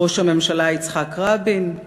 ראש הממשלה יצחק רבין,